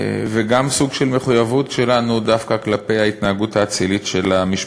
וגם סוג של מחויבות שלנו דווקא כלפי ההתנהגות האצילית של המשפחות.